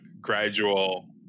gradual